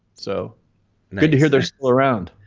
so good to hear they're still around.